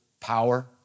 power